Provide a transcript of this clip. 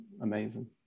amazing